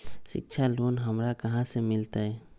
शिक्षा लोन हमरा कहाँ से मिलतै?